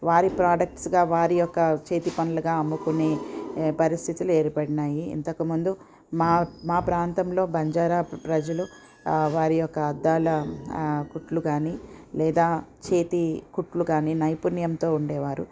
వారి ప్రోడక్ట్స్గా వారి యొక్క చేతి పనులుగా అమ్ముకునే పరిస్థితులు ఏర్పడినాయి ఇంతకుముందు మా మా ప్రాంతంలో బంజారా ప్రజలు వారి యొక్క అద్దాల కుట్లు కానీ లేదా చేతి కుట్లు కానీ నైపుణ్యంతో ఉండేవారు